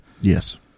Yes